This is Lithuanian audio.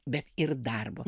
bet ir darbo